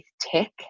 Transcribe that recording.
tech